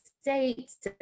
States